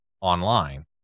online